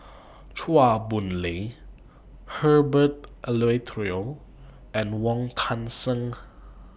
Chua Boon Lay Herbert Eleuterio and Wong Kan Seng